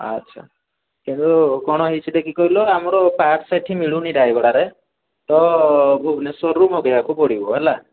ଅଚ୍ଛା କିନ୍ତୁ କ'ଣ ହେଇଛି ଦେଖି କହିଲ ଆମର ପାର୍ଟସ୍ ଏଠି ମିଳୁନି ରାୟଗଡ଼ାରେ ତ ଭୁବେନେଶ୍ୱରରୁ ମଗାଇବାକୁ ପଡ଼ିବ ହେଲା